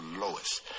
lowest